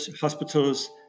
hospitals